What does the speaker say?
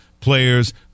players